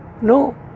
No